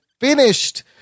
finished